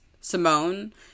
Simone